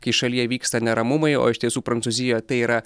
kai šalyje vyksta neramumai o iš tiesų prancūzijoj tai yra